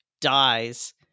dies